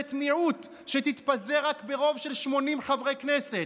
ממשלת מיעוט שתתפזר רק ברוב של 80 חברי כנסת,